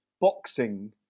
boxing